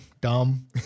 dumb